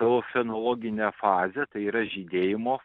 savo fenologinę fazę tai yra žydėjimo